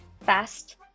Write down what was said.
Fast